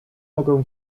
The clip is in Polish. mogę